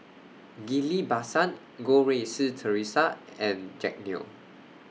Ghillie BaSan Goh Rui Si Theresa and Jack Neo